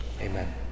Amen